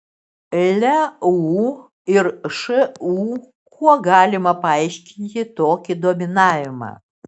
leu ir šu kuo galima paaiškinti tokį dominavimą